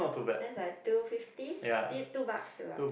that's like two fifty t~ two bucks two bucks